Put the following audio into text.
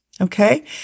Okay